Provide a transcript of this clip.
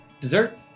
Dessert